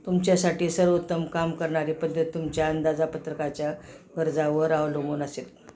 तुमच्यासाठी सर्वोत्तम काम करणारी पद्धत तुमच्या अंदाजा पत्रकाच्या गरजावर अवलंबून असेेल